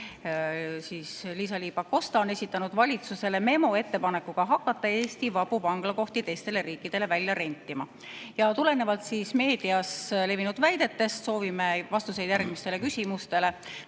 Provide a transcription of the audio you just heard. et Liisa-Ly Pakosta on esitanud valitsusele memo ettepanekuga hakata Eesti vabu vanglakohti teistele riikidele välja rentima. Tulenevalt meedias avaldatud väidetest soovime vastuseid järgmistele küsimustele.